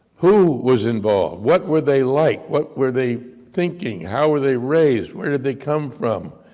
who was involved? what were they like? what were they thinking? how were they raised? where did they come from?